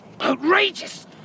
Outrageous